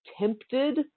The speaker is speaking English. tempted